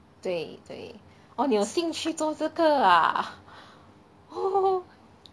对对 !wah! 你有兴趣做这个啊